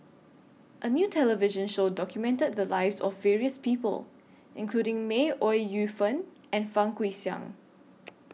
A New television Show documented The Lives of various People including May Ooi Yu Fen and Fang Guixiang